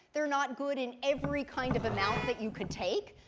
they're not good in every kind of amount that you could take,